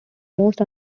most